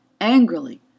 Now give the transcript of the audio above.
angrily